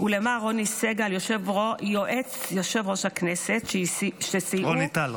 למר רוני סגל, יועץ יושב-ראש הכנסת -- רוני טל.